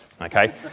okay